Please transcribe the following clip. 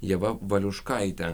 ieva valiuškaitė